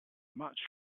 much